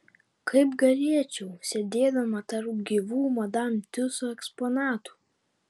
kaip galėčiau sėdėdama tarp gyvų madam tiuso eksponatų